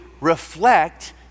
reflect